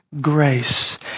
Grace